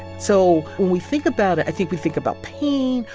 so when we think about it, i think we think about pain.